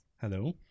Hello